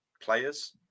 players